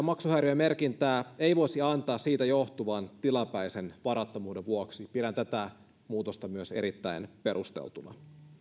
maksuhäiriömerkintää ei voisi myöskään antaa koronasta johtuvan tilapäisen varattomuuden vuoksi pidän tätä muutosta myös erittäin perusteltuna